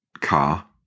car